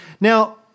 Now